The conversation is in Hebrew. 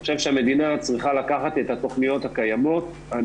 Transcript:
אני חושב שהמדינה צריכה לקחת את התכניות הקיימות,